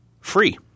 free